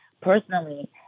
personally